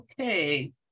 Okay